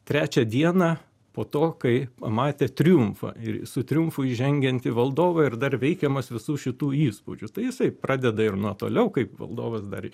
trečią dieną po to kai pamatė triumfą ir su triumfu įžengiantį valdovą ir dar veikiamas visų šitų įspūdžių tai jisai pradeda ir nuo toliau kaip valdovas dar